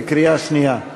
בקריאה שנייה.